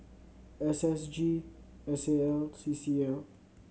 S S G S A L C C L